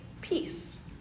peace